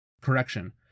Correction